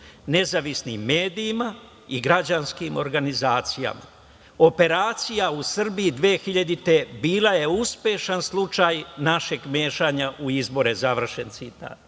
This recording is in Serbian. nezavisnim medijima i građanskim organizacijama. Operacija u Srbiji 2000. godine bila je uspešan slučaj našeg mešanja u izbore. Završen citat.I